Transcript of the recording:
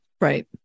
Right